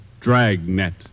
Dragnet